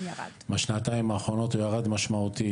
בשנתיים האחרונות הוא ירד משמעותית,